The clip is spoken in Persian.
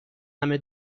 همه